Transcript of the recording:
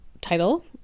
title